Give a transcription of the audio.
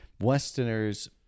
westerners